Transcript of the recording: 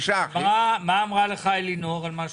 מה אמרה לך אלינור על מה שאמרת?